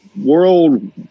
world